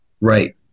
right